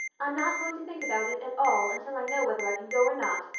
i'm not going to think about it at all until i know whether i can go or not,